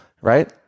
right